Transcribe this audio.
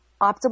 optimal